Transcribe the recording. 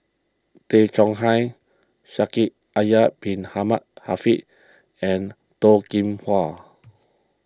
Tay Chong Hai Shaikh Yahya Bin Ahmed Afifi and Toh Kim Hwa